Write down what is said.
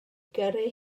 gyrru